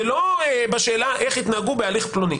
זה לא בשאלה איך יתנהגו בהליך פלוני.